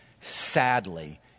sadly